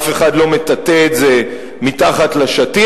אף אחד לא מטאטא את זה מתחת לשטיח.